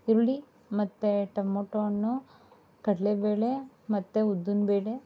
ಈರುಳ್ಳಿ ಮತ್ತೆ ಟೊಮೊಟೊ ಹಣ್ಣು ಕಡಲೆಬೇಳೆ ಮತ್ತೆ ಉದ್ದಿನಬೇಳೆ